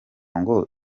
ngo